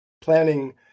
Planning